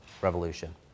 revolution